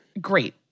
Great